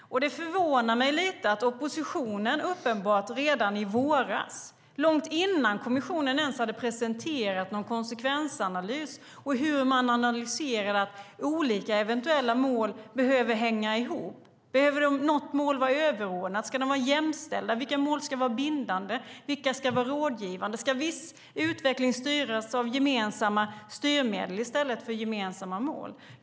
Det förvånade mig lite hur oppositionen agerade redan i våras, långt innan kommissionen ens hade presenterat någon konsekvensanalys. Hur analyserar man om olika eventuella mål behöver hänga ihop? Behöver något mål vara överordnat, eller ska de vara jämställda? Vilka mål ska vara bindande och vilka ska vara rådgivande? Ska viss utveckling styras av gemensamma styrmedel i stället för gemensamma mål?